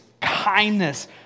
kindness